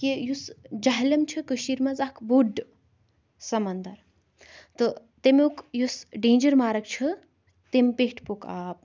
کہِ یُس جہلِم چھُ کٔشیٖر منٛز اَکھ بوٛڈ سَمندر تہٕ تَمِیُک یُس ڈینجَر مارٕک چھُ تَمہِ پیٚٹھۍ پوٚک آب